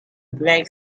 black